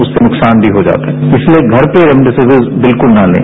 उससे नुकसान भी हो जाता है इसलिए घर पर रेमडेसिविर बिल्कुल न लें